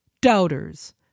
doubters